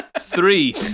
Three